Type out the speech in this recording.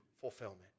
fulfillment